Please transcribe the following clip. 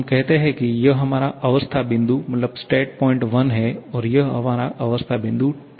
हम कहते हैं कि यह हमारा अवस्था बिंदु 1 है और यह अवस्था बिंदु 2 है